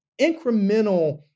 incremental